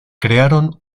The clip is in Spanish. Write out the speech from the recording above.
crearon